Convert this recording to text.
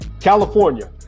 California